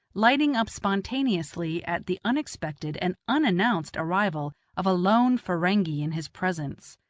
lighting up spontaneously at the unexpected and unannounced arrival of a lone ferenghi in his presence.